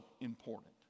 important